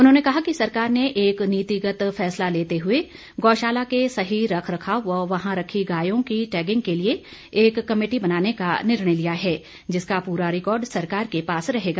उन्होंने कहा कि सरकार ने एक नीतिगत फैसला लेते हुए गौशाला के सही रख रखाव व वहां रखी गायों की टैगिंग के लिए एक कमेटी बनाने का निर्णय लिया है जिसका पूरा रिकॉर्ड सरकार के पास रहेगा